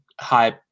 High